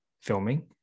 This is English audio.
filming